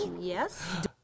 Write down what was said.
Yes